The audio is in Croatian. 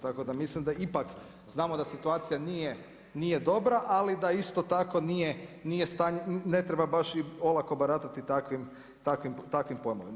Tako da mislim da ipak znamo da situacija nije dobra, ali da i sto tako ne treba baš olako baratati takvim pojmovima.